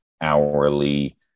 hourly